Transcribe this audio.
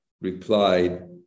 replied